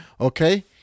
Okay